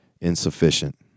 insufficient